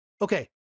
Okay